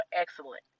excellent